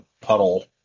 puddle